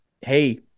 hey